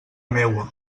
meua